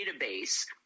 database